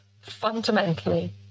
Fundamentally